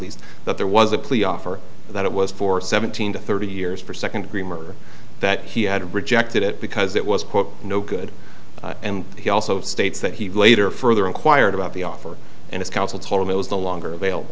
these that there was a plea offer that it was for seventeen to thirty years for second degree murder that he had rejected it because it was quote no good and he also states that he later further inquired about the offer and his counsel told him it was no longer available